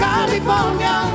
California